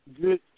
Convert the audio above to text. good